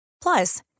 Plus